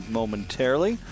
momentarily